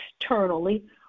externally